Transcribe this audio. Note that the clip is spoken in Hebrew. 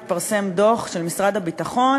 התפרסם דוח של משרד הביטחון,